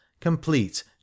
complete